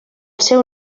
seu